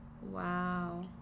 Wow